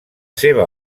seva